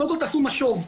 קודם כל תעשו משוב.